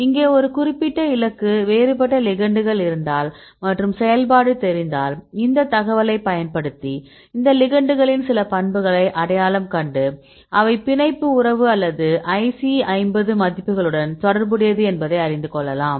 இங்கே ஒரு குறிப்பிட்ட இலக்குக்கு வேறுபட்ட லிகெண்டுகள் இருந்தால் மற்றும் செயல்பாடு தெரிந்தால் இந்த தகவலைப் பயன்படுத்தி இந்த லிகெண்ட்களின் சில பண்புகளை அடையாளம் கண்டு அவை பிணைப்பு உறவு அல்லது IC50 மதிப்புகளுடன் தொடர்புடையது என்பதைக் காணலாம்